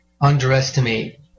underestimate